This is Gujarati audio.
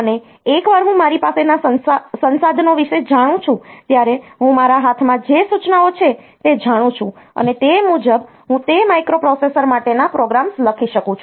અને એકવાર હું મારી પાસેના સંસાધનો વિશે જાણું છું ત્યારે હું મારા હાથમાં જે સૂચનાઓ છે તે જાણું છું અને તે મુજબ હું તે માઇક્રોપ્રોસેસર માટેના પ્રોગ્રામ્સ લખી શકું છું